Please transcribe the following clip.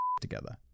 together